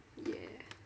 yeah